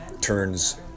turns